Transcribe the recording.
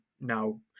now